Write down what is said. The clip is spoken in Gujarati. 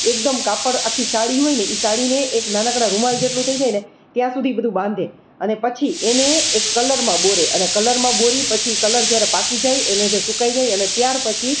એકદમ કાપડ આખી સાડી હોયને એ સાડીને એક નાનકડા રૂમાલ જેટલું થઈ જાયને ત્યાં સુધી બધું બાંધે અને પછી એને એક કલરમાં બોળે અને કલરમાં બોળી પછી કલર જ્યારે પાકી જાય એને જે સુકાઈ જાય ત્યારપછી